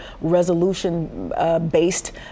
resolution-based